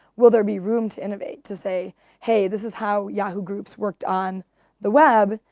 will there be room to innovate? to say hey, this is how yahoo groups worked on the web,